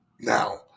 now